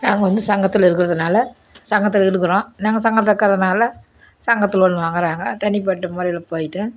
நாங்கள் வந்து சங்கத்தில் இருக்கிறதுனால சங்கத்தில் இருக்கிறோம் நாங்கள் சங்கத்தில் இருக்கிறதுனால சங்கத்தில் உள்ளவங்க வராங்க தனிப்பட்ட முறையில் போயிட்டு